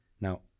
Now